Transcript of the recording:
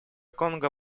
конго